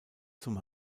zum